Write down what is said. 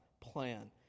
plan